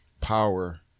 power